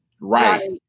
right